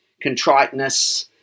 contriteness